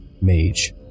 mage